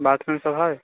bathroom सब हय